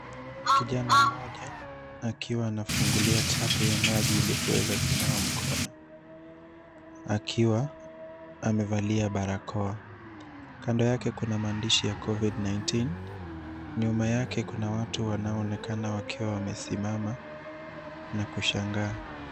Kijana mmoja akiwa anafungulia tap ya maji ili kuweza kunawa mkono akiwa amevalia barakoa. Kando yake kuna maandishi ya Covid-19. Nyuma yake kuna watu wanaoonekana wakiwa wamesimama na kushangaa.